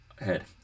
Head